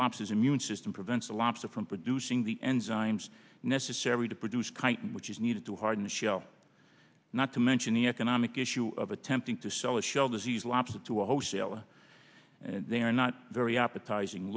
lobsters immune system prevents a lobster from producing the enzymes necessary to produce chitin which is needed to harden the shell not to mention the economic issue of attempting to sell a shell disease lobster to a wholesaler and they are not very appetizing